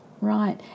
Right